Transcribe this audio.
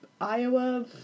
Iowa